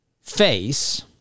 face